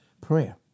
Prayer